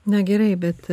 na gerai bet